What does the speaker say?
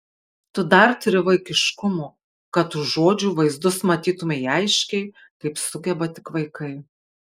tu dar turi vaikiškumo kad už žodžių vaizdus matytumei aiškiai kaip sugeba tik vaikai